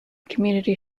community